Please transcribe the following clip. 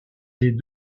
des